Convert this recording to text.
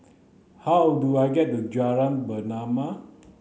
how do I get to Jalan Pernama